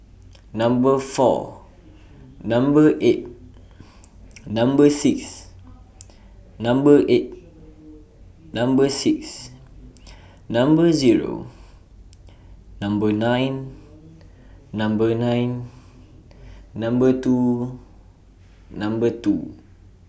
Number four Number eight Number six Number eight Number six Number Zero Number nine Number nine Number two Number two